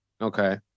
okay